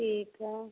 ठीक है